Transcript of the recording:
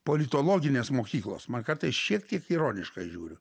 politologinės mokyklos man kartais šiek tiek ironiška žiūriu